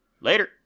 Later